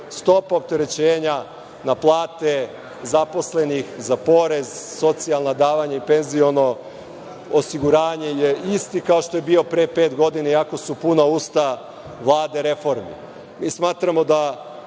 Stopa opterećenja na plate zaposlenih, za porez, socijalna davanja i penziono osiguranje je isti kao što je bio pre pet godina, iako su puna usta Vlade reformi. Mi